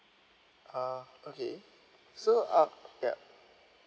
uh okay so uh yup